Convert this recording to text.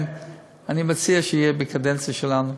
ולכן אני מציע שזה יהיה בקדנציה שלנו.